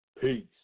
Peace